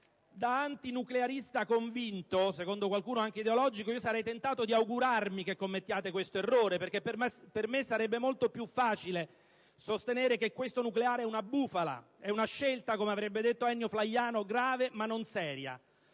Da antinuclearista convinto (secondo qualcuno anche ideologico), sarei tentato di augurarmi che commettiate questo errore, perché per me sarebbe molto più facile sostenere che questo nucleare è una bufala, è una scelta - come avrebbe detto Ennio Flaiano - grave, ma non seria.